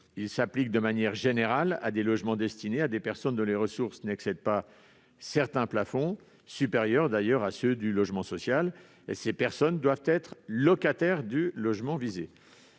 Il s'applique, de manière générale, à des logements destinés à des personnes dont les ressources n'excèdent pas certains plafonds, supérieurs à ceux du logement social. Ces personnes doivent être locataires du logement visé.